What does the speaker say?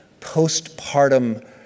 postpartum